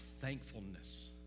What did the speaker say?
thankfulness